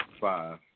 five